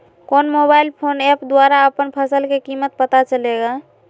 कौन mobile phone app के द्वारा अपन फसल के कीमत पता चलेगा?